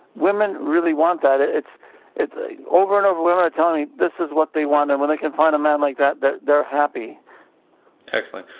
women really want that. it's it's over and over women are telling this is what they want and when they can find a man like that that they are happy excellent.